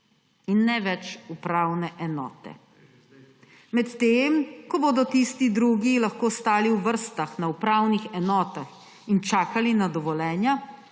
in ne več upravne enote. Medtem ko bodo tisti drugi lahko stali v vrstah na upravnih enotah in čakali na dovoljenja,